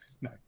No